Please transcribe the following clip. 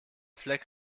fleck